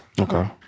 Okay